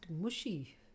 mushy